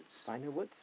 final words